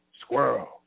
Squirrel